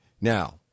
Now